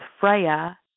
Freya